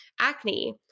acne